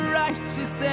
righteous